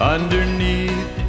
Underneath